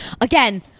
Again